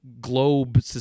globe